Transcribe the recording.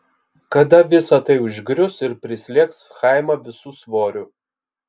kada visa tai užgrius ir prislėgs chaimą visu svoriu